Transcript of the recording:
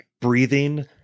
breathing